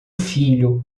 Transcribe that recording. filho